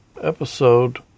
episode